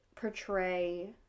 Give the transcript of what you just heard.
portray